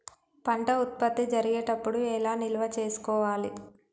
పంట ఉత్పత్తి జరిగేటప్పుడు ఎలా నిల్వ చేసుకోవాలి?